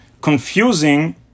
confusing